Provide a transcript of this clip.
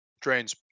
trains